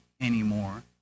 anymore